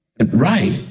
Right